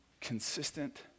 consistent